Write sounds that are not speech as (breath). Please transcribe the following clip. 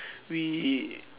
(breath) we